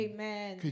Amen